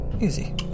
Easy